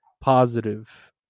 positive